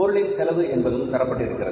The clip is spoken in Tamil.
பொருளின் செலவு என்பதும் தரப்பட்டிருக்கிறது